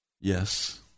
Yes